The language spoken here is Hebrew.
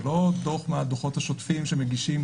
זה לא דוח מן הדוחות השוטפים שמגישים.